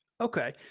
Okay